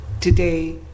today